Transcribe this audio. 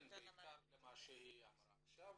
בעיקר למה שהיא אמרה עכשיו.